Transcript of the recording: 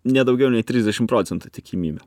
ne daugiau nei trisdešim procentų tikimybė